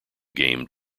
game